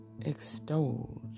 extolled